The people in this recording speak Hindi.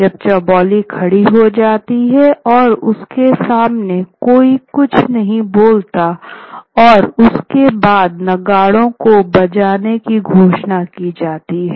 जब चौबोली खड़ी हो जाती है औरउसके सामने कोई कुछ नहीं बोलता और उसके बाद नगाड़े को बजाने की घोषणा की जाती है